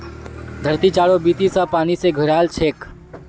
धरती चारों बीती स पानी स घेराल छेक